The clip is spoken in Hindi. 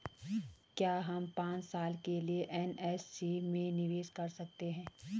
क्या हम पांच साल के लिए एन.एस.सी में निवेश कर सकते हैं?